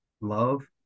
love